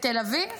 בתל אביב.